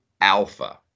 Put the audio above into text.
alpha